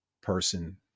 person